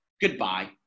Goodbye